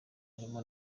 arimo